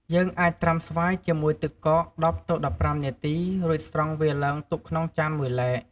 យើងអាចត្រាំស្វាយជាមួយទឹកកក ១០ ទៅ១៥នាទី រួចស្រង់វាឡើងទុកក្នុងចានមួយឡែក។